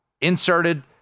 inserted